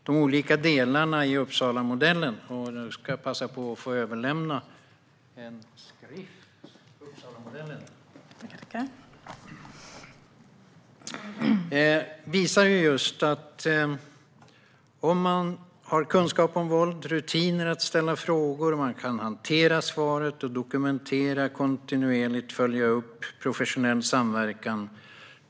De olika delarna i Uppsalamodellen - nu passar jag på att överlämna en skrift om den - visar just att det handlar om kunskap om våld, om rutiner när det gäller att ställa frågor, om att man kan hantera svaren, om att man kontinuerligt dokumenterar och följer upp och om professionell samverkan.